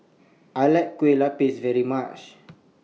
I like Kue Lupis very much